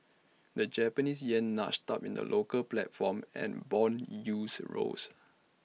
the Japanese Yen nudged up in the local platform and Bond yields rose